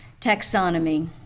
Taxonomy